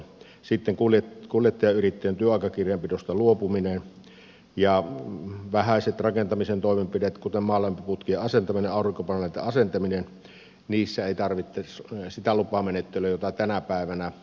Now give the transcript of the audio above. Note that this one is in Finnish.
sitten kuljettajayrittäjien työaikakirjanpidosta luopuminen ja vähäiset rakentamisen toimenpiteet kuten maalämpöputkien asentaminen aurinkopaneeleitten asentaminen niissä ei tarvitsisi sitä lupamenettelyä joka on tänä päivänä